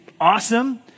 awesome